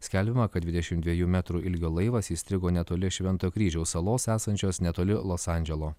skelbiama kad dvidešimt dviejų metrų ilgio laivas įstrigo netoli švento kryžiaus salos esančios netoli los andželo